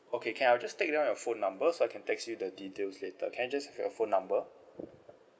okay can I'll just take down your phone number so I can text you the details later can I just have your phone number